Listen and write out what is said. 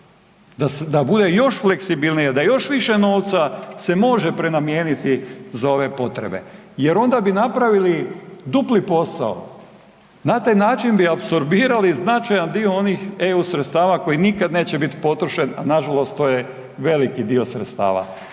da bude još fleksibilnije, da još više novca se može prenamijeniti za ove potrebe jer onda bi napravili dupli posao. Na taj način bi apsorbirali značajan dio onih EU sredstava koji nikad neće biti potrošen, a nažalost to je veliki dio sredstava.